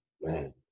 Man